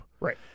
Right